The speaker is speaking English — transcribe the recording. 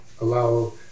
allow